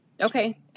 Okay